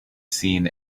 seen